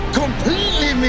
completely